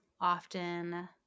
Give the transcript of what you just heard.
often